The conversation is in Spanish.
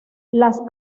las